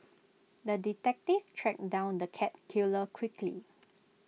the detective tracked down the cat killer quickly